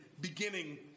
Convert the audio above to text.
beginning